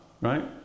right